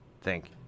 Thank